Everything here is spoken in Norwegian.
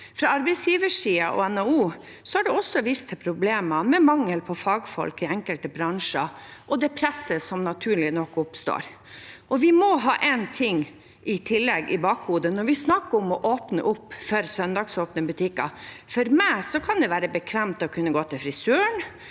Fra arbeidsgiversiden og NHO er det også vist til problemer med mangel på fagfolk i enkelte bransjer og det presset som naturlig nok oppstår. Vi må i tillegg ha én ting i bakhodet når vi snakker om å åpne opp for søndagsåpne butikker: For meg kan det være bekvemt å kunne gå til frisøren